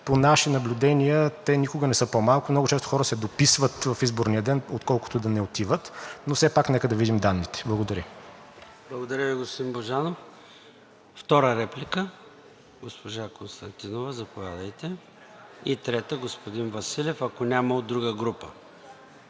По наши наблюдения те никога не са по-малко. Много често хора се дописват в изборния ден, отколкото да не отиват, но все пак нека да видим данните. Благодаря. ПРЕДСЕДАТЕЛ ЙОРДАН ЦОНЕВ: Благодаря Ви, господин Божанов. Втора реплика – госпожа Константинова, и трета – господин Василев, ако няма от друга група.